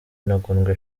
intagondwa